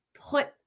put